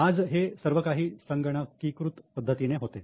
आज हे सर्व काही संगणकी कृत पद्धतीने होते